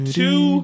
two